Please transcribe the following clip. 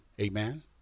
amen